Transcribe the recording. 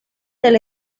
del